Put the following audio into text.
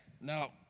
Now